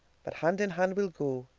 but hand in hand we'll go,